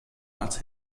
als